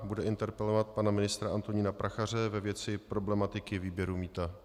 Bude interpelovat pana ministra Antonína Prachaře ve věci problematiky výběru mýta.